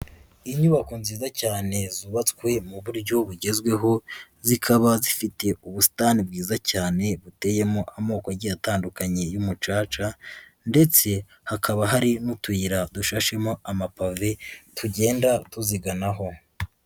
Inyubako nziza cyane zubatswe mu buryo bugezweho, zikaba zifite ubusitani bwiza cyane buteyemo amoko agiye atandukanye y'umucaca, ndetse hakaba hari n'utuyira dushashemo amapave, tugenda tuziganaho.